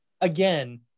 again